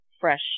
fresh